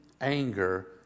anger